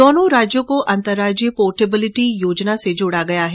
दोनों राज्यों को अंतरराज्यीय पोर्टेबिलिटी योजना से जोड़ा गया है